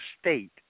state